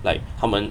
like 他们